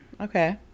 Okay